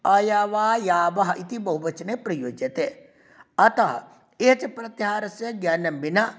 अयवायावः इति बहुवचने प्रयुज्यते अतः एच् प्रत्याहारस्य ज्ञानं विना